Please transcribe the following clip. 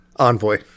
Envoy